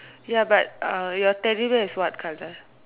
ya but your Teddy bear is what colour